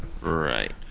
Right